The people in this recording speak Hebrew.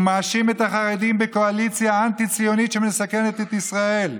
הוא מאשים את החרדים בקואליציה אנטי-ציונית שמסכנת את ישראל.